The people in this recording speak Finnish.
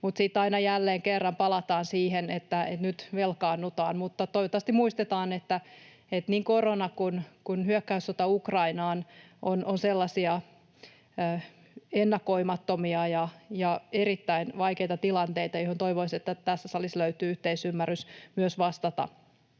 mutta sitten aina jälleen kerran palataan siihen, että nyt velkaannutaan. Mutta toivottavasti muistetaan, että niin korona kuin hyökkäyssota Ukrainaan ovat sellaisia ennakoimattomia ja erittäin vaikeita tilanteita, joihin toivoisi, että tässä salissa löytyy yhteisymmärrys myös vastata.